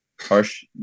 harsh